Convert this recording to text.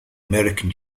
american